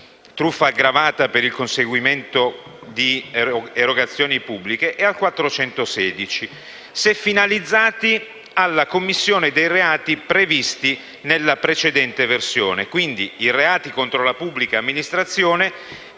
(truffa aggravata per il conseguimento di erogazioni pubbliche) e all'articolo 416 del codice penale, se finalizzati alla commissione dei reati previsti nella precedente versione. Pertanto, i reati contro la pubblica amministrazione